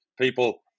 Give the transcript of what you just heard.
people